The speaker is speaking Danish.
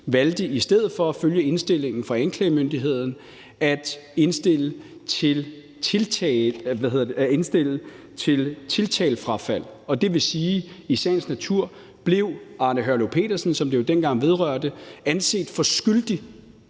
Espersen i stedet for at følge indstillingen fra anklagemyndigheden valgte at indstille til tiltalefrafald. Og det vil sige, at i sagens natur blev Arne Herløv Petersen, som det